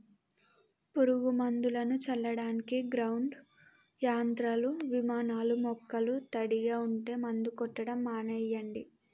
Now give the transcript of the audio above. పురుగు మందులను చల్లడానికి గ్రౌండ్ యంత్రాలు, విమానాలూ మొక్కలు తడిగా ఉంటే మందు కొట్టడం మానెయ్యండి